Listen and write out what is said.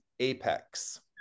Apex